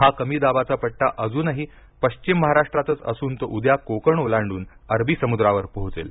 हा कमी दाबाचा पट्टा अजूनही पश्चिम महाराष्ट्रातच असून तो उद्या कोकण ओलांडून अरबी समुद्रावर पोहोचेल